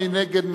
מי נגד?